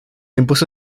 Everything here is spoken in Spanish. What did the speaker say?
impuso